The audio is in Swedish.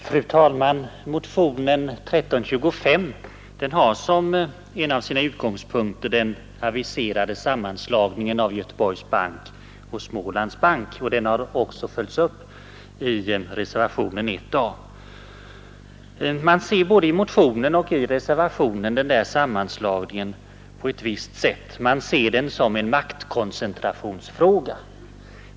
Fru talman! Motionen 1325 har som en av sina utgångspunkter den aviserade sammanslagningen av Göteborgs bank och Smålands bank. Motionen har följts upp i reservationen 1 a. Man ser både i motionen och i reservationen sammanslagningen på ett visst sätt. Man ser den som en maktkoncentrationsfråga.